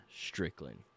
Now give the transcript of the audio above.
Strickland